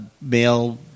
male